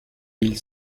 mille